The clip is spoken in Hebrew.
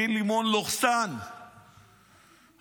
גיל לימון/גב' מיארה,